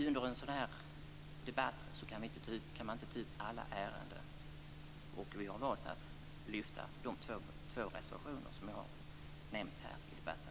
Under en sådan här debatt kan man inte ta upp alla ärenden. Vi har valt att lyfta fram de två reservationer som jag har nämnt i debatten.